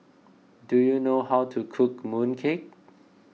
do you know how to cook mooncake